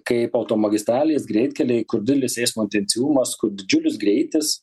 kaip automagistralės greitkeliai kur didelis eismo intensyvumas kur didžiulis greitis